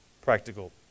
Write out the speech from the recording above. practical